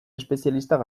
espezialistak